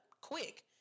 quick